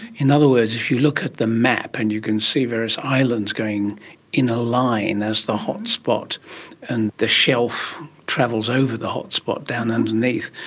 in other words if you look at the map and you can see various islands going in a line as the hot-spot and the shelf travels over the hot-spot down underneath,